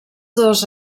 dos